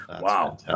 wow